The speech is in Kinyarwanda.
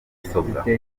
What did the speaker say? mudasobwa